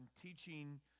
teaching